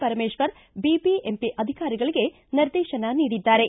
Parameshwar BBMP ಅಧಿಕಾರಿಗಳಿಗೆ ನಿರ್ದೇಶನ ನೀಡಿದ್ದಾರೆ